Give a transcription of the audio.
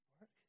work